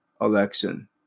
election